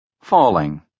Falling